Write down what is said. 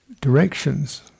directions